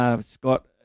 Scott